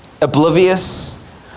oblivious